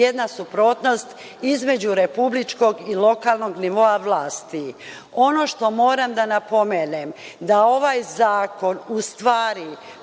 jedna suprotnost između republičkog i lokalnog nivoa vlasti. Ono što moram da napomenem da ovaj zakon u stvari